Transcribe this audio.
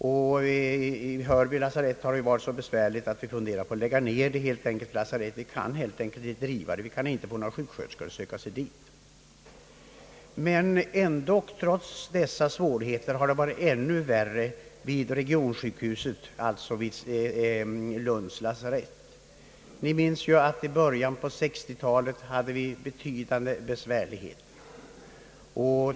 Vid Hörby lasarett har det länge varit särskilt bekymmersamt, en medverkande orsak till att vi beslutat att lägga ner lasarettet som sådant. Men trots dessa svårigheter, har det ändock varit ännu värre vid regionsjukhuset, alltså vid Lunds lasarett. Kammaren minns kanske att vi i början på 1960-talet hade betydande besvärligheter.